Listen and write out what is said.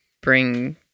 bring